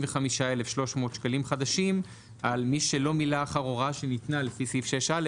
75,300 ₪ על מי שלא מילה אחר הוראה שניתנה לפי סעיף 6א,